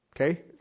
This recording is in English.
Okay